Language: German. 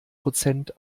prozent